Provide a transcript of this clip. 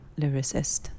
lyricist